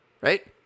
Right